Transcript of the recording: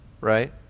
right